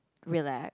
relax